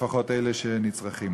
לפחות אלה שנצרכים.